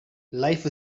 life